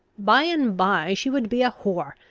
by and by she would be a whore,